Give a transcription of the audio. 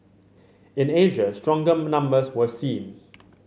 in Asia stronger numbers were seen